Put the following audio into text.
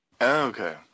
Okay